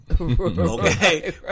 Okay